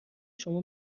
شما